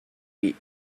wheat